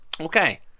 Okay